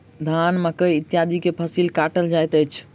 धान, मकई इत्यादि के फसिल काटल जाइत अछि